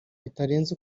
bitarenze